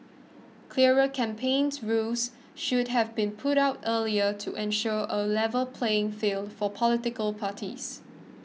clearer campaign rules should have been put out earlier to ensure a level playing field for political parties